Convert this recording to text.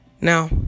Now